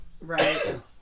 Right